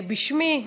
בשמי,